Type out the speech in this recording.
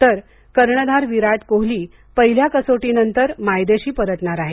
तर कर्णधार विराट कोहली पहिल्या कसोटीनंतर मायदेशी परतणार आहे